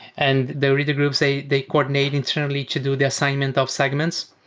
and the reader groups, they they coordinate internally to do the assignment of segments.